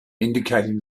indicating